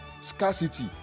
scarcity